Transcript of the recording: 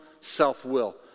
self-will